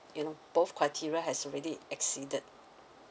you know both criteria has already exceeded